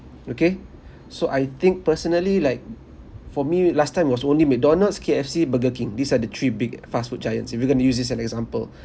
okay so I think personally like for me last time it was only mcdonald's K_F_C burger king these are the three big fast food giants if you're going to use these an example